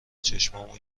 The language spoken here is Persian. چشامو